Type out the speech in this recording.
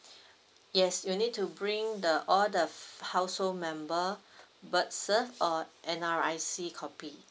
yes you need to bring the all the household member birth cert or N_R_I_C copy